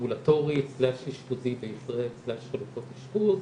האמבולטורי/אשפוזי/חלופות אשפוז.